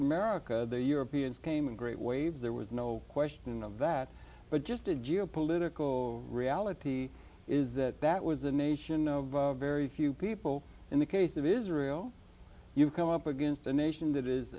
america the europeans came a great wave there was no question of that but just a geo political reality is that that was the nation of very few people in the case of israel you come up against a nation that is